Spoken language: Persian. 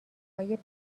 های